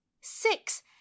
Six